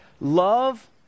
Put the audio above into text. love